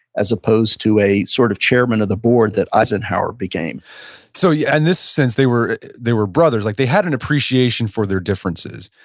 as opposed to a sort of chairman of the board that eisenhower became so, in yeah and this sense they were they were brothers. like they had an appreciation for their differences.